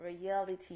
reality